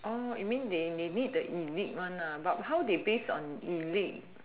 you mean they they need the elite one but how they based on elite